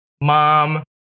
mom